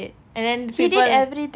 and then people